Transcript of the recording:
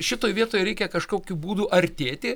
šitoj vietoje reikia kažkokiu būdu artėti